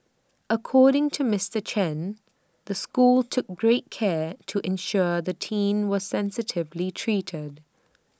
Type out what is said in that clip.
according to Mister Chen the school took great care to ensure the teen was sensitively treated